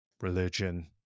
religion